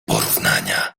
porównania